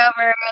over